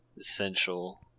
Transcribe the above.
essential